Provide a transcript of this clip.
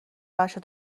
بچه